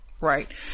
Right